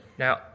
Now